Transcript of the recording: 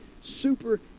super